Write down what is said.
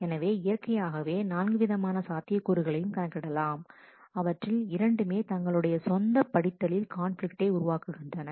எனவே இயற்கையாகவே நான்கு விதமான சாத்தியக்கூறுகளையும் கணக்கிடலாம் அவற்றில் இரண்டுமே தங்களுடைய சொந்த படித்ததில் கான்பிலிக்டை உருவாக்குகின்றன